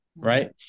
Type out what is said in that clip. right